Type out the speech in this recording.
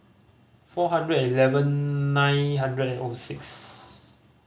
four hundred eleven nine hundred and O six